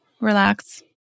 relax